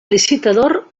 licitador